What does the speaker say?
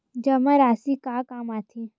जमा राशि का काम आथे?